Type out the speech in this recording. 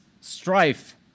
strife